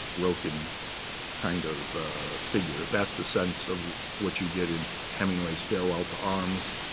broken kind of figure. that's the sense of what you get in hemingway's farewell to arms